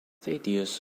thaddeus